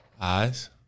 Eyes